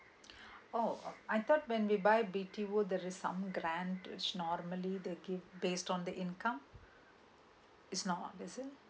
oh I thought when we buy B_T_O there is some grant which normally they give based on the income it's not is it